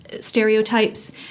stereotypes